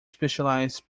specialized